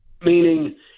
Meaning